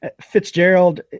Fitzgerald